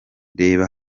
reba